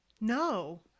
No